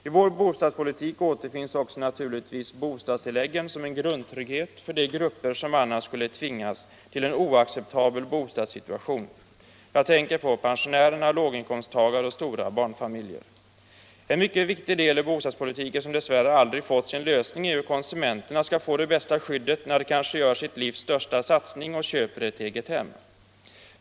I vår bostadspolitik återfinns naturligtvis också bostadstilläggen som en grundtrygghet för de grupper som annars skulle tvingas till en oacceptabel bostadssituation. Jag tänker på pensionärer, låginkomsttagare och stora barnfamiljer. En mycket viktig del i bostadspolitiken som dess värre aldrig fått sin lösning, är hur konsumenterna skall få det bästa skyddet när de kanske gör sitt livs största satsning och köper ett eget hem.